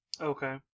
Okay